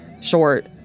short